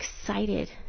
excited